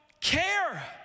care